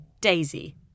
Daisy